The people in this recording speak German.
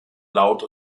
laut